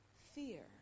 fear